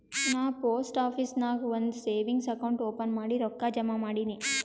ನಾ post office ನಾಗ್ ಒಂದ್ ಸೇವಿಂಗ್ಸ್ ಅಕೌಂಟ್ ಓಪನ್ ಮಾಡಿ ರೊಕ್ಕಾ ಜಮಾ ಮಾಡಿನಿ